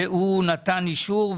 והוא נתן אישור.